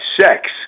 sex